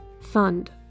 Fund